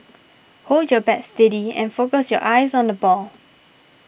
hold your bat steady and focus your eyes on the ball